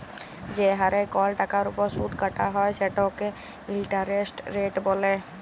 যে হারে কল টাকার উপর সুদ কাটা হ্যয় সেটকে ইলটারেস্ট রেট ব্যলে